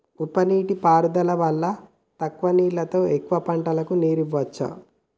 ఉప నీటి పారుదల వల్ల తక్కువ నీళ్లతో ఎక్కువ పంటలకు నీరు ఇవ్వొచ్చు